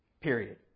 Period